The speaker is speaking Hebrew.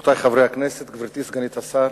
רבותי חברי הכנסת, גברתי סגנית השר,